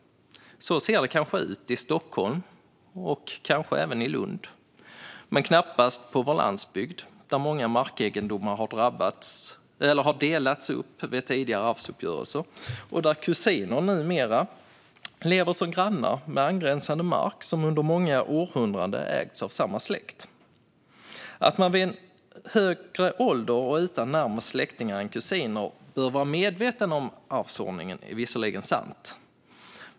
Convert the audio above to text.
Så ser det kanske ut i Stockholm och kanske även i Lund men knappast på vår landsbygd där många markegendomar har delats upp vid tidigare arvsuppgörelser och där kusiner numera lever som grannar med angränsande mark som under många århundraden ägts av samma släkt. Att man vid en högre ålder och utan närmare släktingar än kusiner bör vara medveten om arvsordningen är visserligen sant.